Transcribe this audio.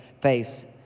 face